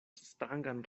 strangan